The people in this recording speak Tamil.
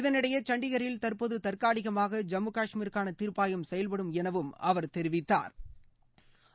இதனிடையே சண்டிகரில் தற்போது தற்காலிகமாக ஜம்மு கஷ்மீருக்கான தீர்ப்பாயம் செயல்படும் என தெரிவித்தாா்